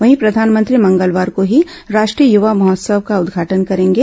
वहीं प्रधानमंत्री मंगलवार को ही राष्ट्रीय युवा महोत्सव का उद्घाटन करेंगे